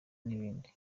n’ibindi